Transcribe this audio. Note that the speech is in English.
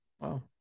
Wow